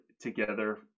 together